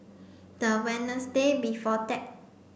the Wednesday before that